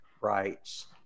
rights